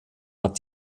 hat